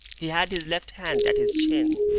he had his left hand at his chin,